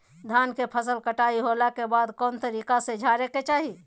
धान के फसल कटाई होला के बाद कौन तरीका से झारे के चाहि?